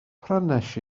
prynais